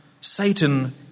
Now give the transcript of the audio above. Satan